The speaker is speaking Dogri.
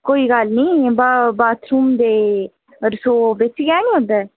कोई गल्ल नेईं इ'यां बाथरुम ते रसोऽ बिच्च गै ना ओह्दे